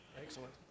Excellent